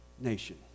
nation